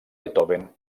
beethoven